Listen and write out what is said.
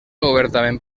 obertament